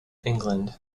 england